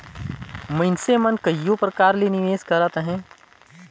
मइनसे मन कइयो परकार ले निवेस करत अहें